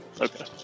Okay